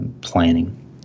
planning